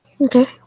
Okay